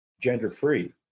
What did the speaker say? gender-free